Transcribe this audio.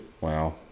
Wow